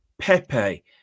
Pepe